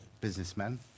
businessman